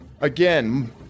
again